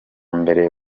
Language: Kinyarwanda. mbere